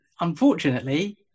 unfortunately